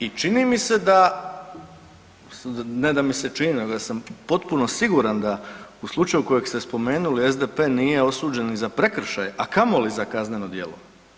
I čini mi se da, ne da mi se čini nego da sam potpuno siguran da u slučaju kojeg ste spomenuli SDP nije osuđen ni za prekršaje, a kamoli za kazneno djelo.